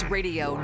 Radio